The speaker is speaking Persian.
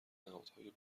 نهادهای